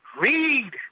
Read